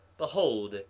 behold,